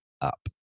up